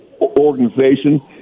organization